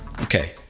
okay